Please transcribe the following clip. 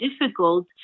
difficult